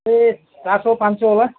त्यही चार सौ पाँच सौवाला